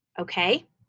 Okay